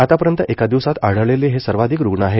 आतापर्यंत एका दिवसात आढळलेले हे सर्वाधिक रुग्ण आहेत